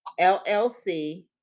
LLC